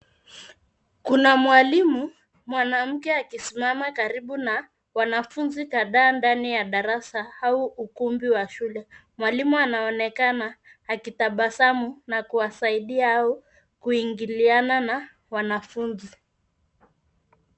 Kuna mwalimu mwanamke akisimama karibu na wanafunzi kadhaa ndani ya darasa au ukumbi wa shule. Mwalimu anaonekana akitabasamu na kuwasaidia au kuingiliana na wanafunzi.